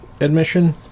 admission